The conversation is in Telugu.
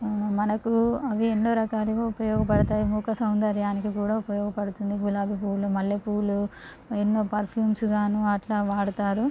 మనకు అవి ఎన్నో రకాలుగా ఉపయోగపడుతాయి ముఖ సౌందర్యానికి కూడా ఉపయోగపడుతుంది గులాబీ పువ్వులు మల్లె పువ్వులు ఎన్నో పర్ఫ్యూమ్స్ గానూ అట్లా వాడుతారు